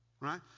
right